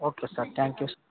okay sir thank you sir